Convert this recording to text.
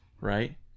right